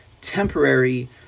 temporary